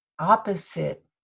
opposite